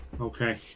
Okay